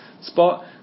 spot